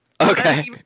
Okay